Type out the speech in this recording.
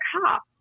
cops